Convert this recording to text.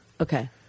Okay